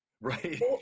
right